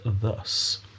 thus